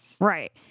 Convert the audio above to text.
Right